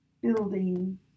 building